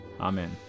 Amen